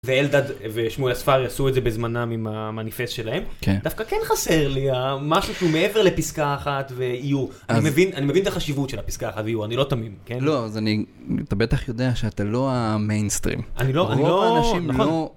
ואלדד ושמואל אספארי עשו את זה בזמנם עם המניפסט שלהם, דווקא כן חסר לי משהו שהוא מעבר לפסקה אחת ואיור. אני מבין את החשיבות של הפסקה האחת ואיור, אני לא תמים. - לא, אז אתה בטח יודע שאתה לא המיינסטרים. - אני לא מהאנשים אני לא...